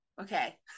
Okay